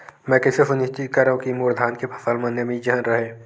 मैं कइसे सुनिश्चित करव कि मोर धान के फसल म नमी झन रहे?